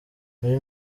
muri